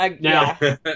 Now